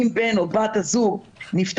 אם בן או בת הזוג נפטרים,